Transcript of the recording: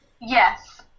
Yes